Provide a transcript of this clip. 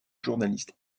journaliste